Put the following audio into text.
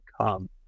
come